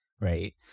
Right